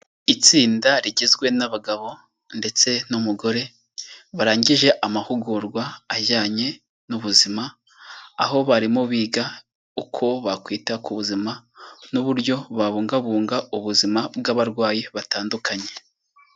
Itsinda rigizwe n'abagabo ndetse n'umugore barangije amahugurwa ajyanye n'ubuzima, aho barimo biga uko bakwita ku buzima n'uburyo babungabunga ubuzima bw'abarwayi batandukanye.